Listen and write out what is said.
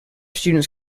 students